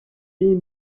y’iyi